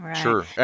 Sure